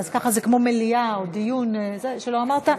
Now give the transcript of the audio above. אז ככה זה מליאה או דיון שלא אמרת.